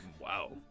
Wow